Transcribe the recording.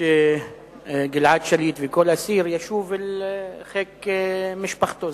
מעוניין שגלעד שליט וכל אסיר ישוב לחיק משפחתו,